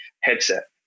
headset